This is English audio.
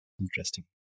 Interesting